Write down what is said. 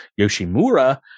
Yoshimura